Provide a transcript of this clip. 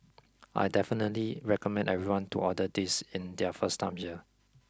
I definitely recommend everyone to order this in their first time here